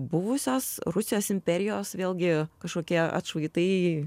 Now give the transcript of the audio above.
buvusios rusijos imperijos vėlgi kažkokie atšvaitai